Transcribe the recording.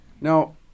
Now